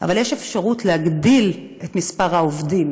אבל יש אפשרות להגדיל את מספר העובדים,